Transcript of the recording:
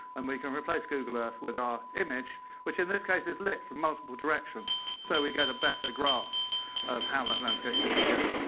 and we can replace google earth with our image, which in this case is lit from multiple directions. so we get a better grasp of how that landscape fits together.